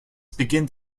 beginnt